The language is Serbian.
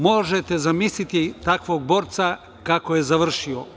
Možete zamisliti takvog borca kako je završio.